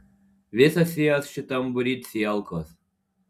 visos jos šitam būry cielkos